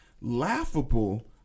laughable